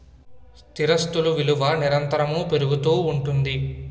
స్థిరాస్తులు విలువ నిరంతరము పెరుగుతూ ఉంటుంది